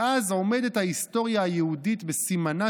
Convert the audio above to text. מאז עומדת ההיסטוריה היהודית בסימנה